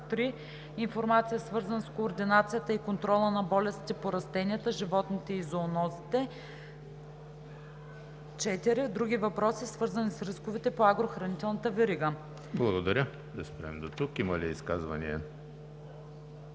3. информация, свързана с координацията и контрола на болестите по растенията, животните и зоонозите; 4. други въпроси, свързани с рисковете по агрохранителната верига.“ ПРЕДСЕДАТЕЛ ЕМИЛ ХРИСТОВ: Благодаря, да спрем дотук. Има ли изказвания?